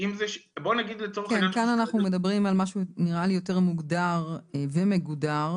כאן אנחנו מדברים על מה שנראה לי יותר מוגדר ומגודר,